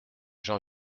gens